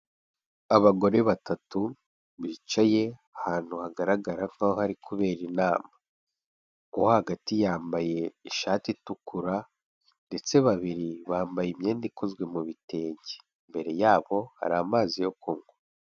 Abagore batatu bicaye ahantu hagaragara nkaho hari kubera inama, uwo hagati yambaye ishati itukura ndetse babiri bambaye imyenda ikozwe mu bitenge, imbere yabo hari amazi yo kunywa.